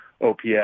OPS